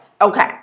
Okay